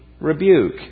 rebuke